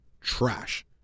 trash